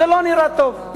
זה לא נראה טוב,